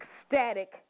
ecstatic